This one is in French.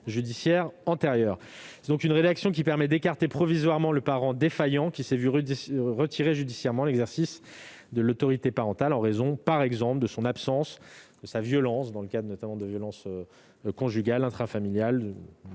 Cette rédaction permet d'écarter provisoirement le parent défaillant qui s'est vu retirer judiciairement l'exercice de l'autorité parentale, en raison par exemple de son absence, de sa violence, notamment dans le cadre de violences conjugales, ou encore